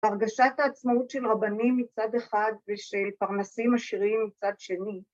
הרגשת העצמאות של רבנים מצד אחד ושל פרנסים עשירים מצד שני